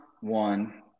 one